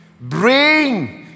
Bring